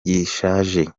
gishaje